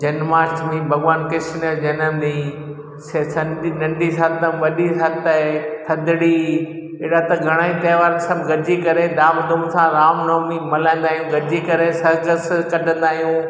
जन्माष्टमी भॻवानु कृष्ण जनमु ॾींहुं सेसन जी नंढी सातम वॾी सताई थधिड़ी अहिड़ा त घणेई त्योहार सभु गॾिजी करे धामधूम सां राम नवमी मल्हाईंदा आहियूं गॾिजी करे सरघसि कढ़ंदा आहियूं